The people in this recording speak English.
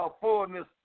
fullness